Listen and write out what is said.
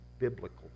biblical